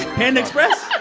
panda express?